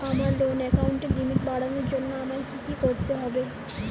আমার লোন অ্যাকাউন্টের লিমিট বাড়ানোর জন্য আমায় কী কী করতে হবে?